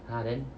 ah then